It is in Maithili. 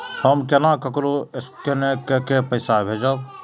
हम केना ककरो स्केने कैके पैसा भेजब?